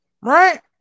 Right